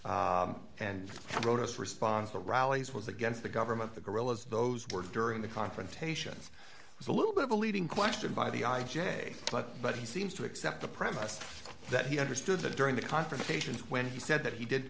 that and wrote us response the rallies was against the government the guerrillas those were during the confrontations is a little bit of a leading question by the i j a but but he seems to accept the premise that he understood that during the confrontation when he said that he